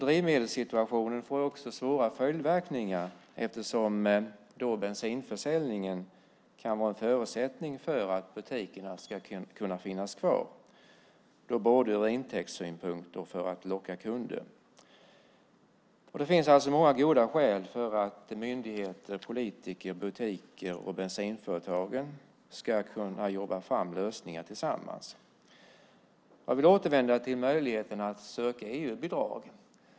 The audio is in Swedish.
Drivmedelssituationen får också svåra följdverkningar eftersom bensinförsäljningen kan vara en förutsättning för att butikerna ska kunna finnas kvar, både ur intäktssynpunkt och för att locka kunder. Det finns alltså många goda skäl för att myndigheter, politiker, butiker och bensinföretag ska jobba fram lösningar tillsammans. Jag vill återvända till möjligheten att söka EU-bidrag.